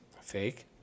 Fake